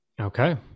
Okay